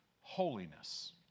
Holiness